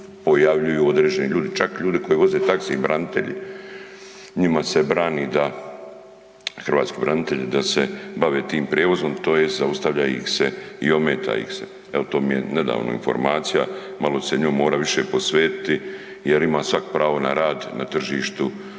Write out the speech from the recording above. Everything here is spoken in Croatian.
pojavljuju određeni ljudi. Čak ljudi koji voze taksi, branitelji, njima se brani da hrvatski branitelji, da se bave tim prijevozom, tj. zaustavlja ih se i ometa ih se, je li? To mi je nedavno informacija, malo ću se njome morati više posvetiti jer ima svak pravo na rad na tržištu